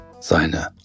Seine